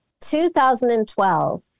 2012